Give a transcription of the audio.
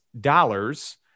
dollars